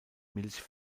milch